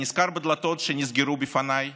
אני נזכר בדלתות שנסגרו בפניי